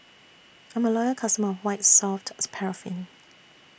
I'm A Loyal customer of White Soft Paraffin